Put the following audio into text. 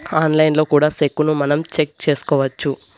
ఆన్లైన్లో కూడా సెక్కును మనం చెక్ చేసుకోవచ్చు